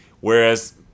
Whereas